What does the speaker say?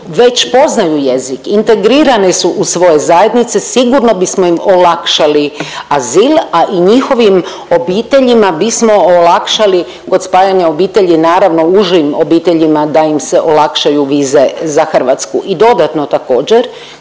već poznaju jezik, integrirani su svoje zajednice sigurno bismo im olakšali azil, a i njihovim obiteljima bismo olakšali kod spajanja obitelji naravno užim obiteljima da im se olakšaju vize za Hrvatsku. I dodatno također,